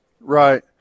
Right